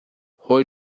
hawi